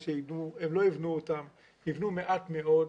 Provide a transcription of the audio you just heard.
שייבנו כי הם לא יבנו אותן אלא יבנו מעט מאוד.